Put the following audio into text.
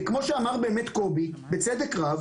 כמו שאמר קובי, בצדק רב,